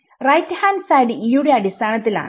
RHS E യുടെ അടിസ്ഥാനത്തിൽ ആണ്